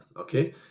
okay